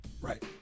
Right